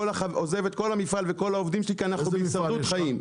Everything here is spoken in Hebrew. עוזב את כל המפעל וכל העובדים שלי כי אנחנו בהישרדות חיים.